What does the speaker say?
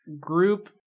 group